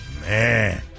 Man